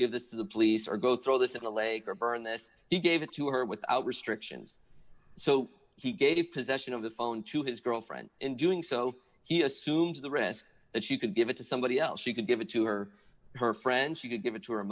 give this to the police or go through this in a lake or burn this he gave it to her without restrictions so he gave possession of the phone to his girlfriend in doing so he assumes the risk that she could give it to somebody else she could give it to her or her friends she could give it to her